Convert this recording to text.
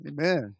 Amen